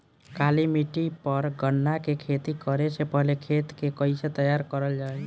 काली मिट्टी पर गन्ना के खेती करे से पहले खेत के कइसे तैयार करल जाला?